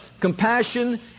Compassion